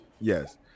Yes